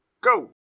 go